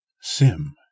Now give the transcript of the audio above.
Sim